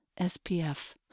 SPF